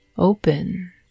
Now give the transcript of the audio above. open